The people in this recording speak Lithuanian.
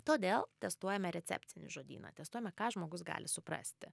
todėl testuojame recepcinį žodyną tęstume ką žmogus gali suprasti